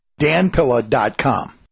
danpilla.com